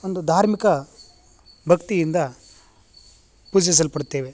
ಒಂದು ಧಾರ್ಮಿಕ ಭಕ್ತಿಯಿಂದ ಪೂಜಿಸಲ್ಪಡ್ತೇವೆ